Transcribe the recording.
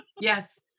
Yes